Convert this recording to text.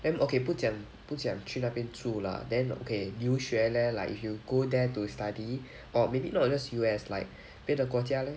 then okay 不讲不讲去那边住 lah then okay 留学 leh like if you go there to study or maybe not just U_S like 别的国家 leh